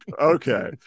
Okay